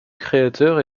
créateurs